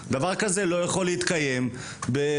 דבר כזה לא יכול להתקיים בטכניון.